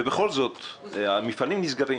ובכל זאת המפעלים נסגרים.